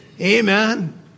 Amen